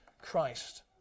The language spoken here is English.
Christ